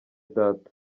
data